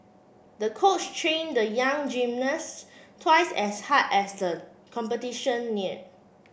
the coach trained the young gymnast twice as hard as the competition neared